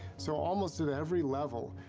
so almost at every level,